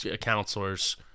counselors